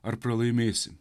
ar pralaimėsi